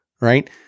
right